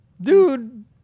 dude